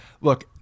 Look